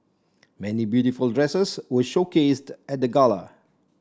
many beautiful dresses were showcased at the gala